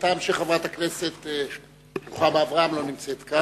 מהטעם שחברת הכנסת רוחמה אברהם לא נמצאת כאן.